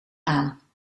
aan